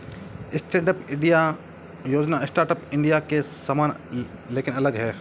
stand up India योजना startup India के समान लेकिन अलग है